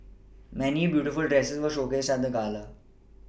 many beautiful dresses were showcased at the gala